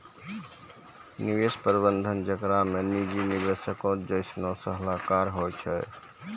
निवेश प्रबंधन जेकरा मे निजी निवेशको जैसनो सलाहकार होय छै